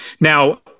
Now